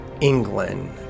England